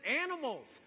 animals